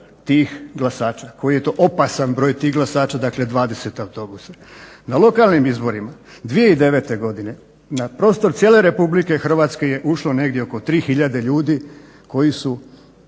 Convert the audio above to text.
tih glasača, koji je to opasan broj tih glasača, dakle 20 autobusa. Na lokalnim izborima 2009.godine na prostor cijele RH je ušlo negdje oko tri hiljade ljudi koji su